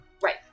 Right